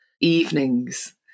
evenings